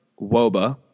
WOBA